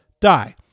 die